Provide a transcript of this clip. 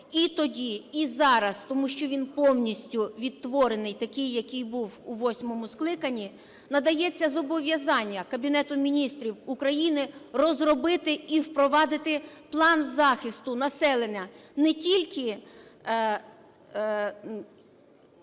і тоді, і зараз, тому що він повністю відтворений такий, який був у восьмому скликанні, надається зобов'язання Кабінету Міністрів України розробити і впровадити план захисту населення не тільки